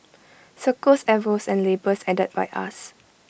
circles arrows and labels added by us